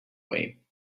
way